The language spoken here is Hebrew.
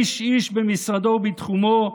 איש-איש במשרדו ובתחומו,